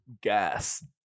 gas